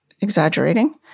exaggerating